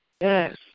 Yes